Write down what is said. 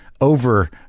over